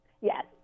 yes